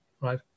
right